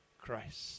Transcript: Christ